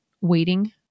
waiting